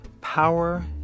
Power